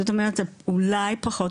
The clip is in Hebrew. זאת אומרת אולי פחות,